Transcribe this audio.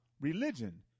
religion